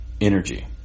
energy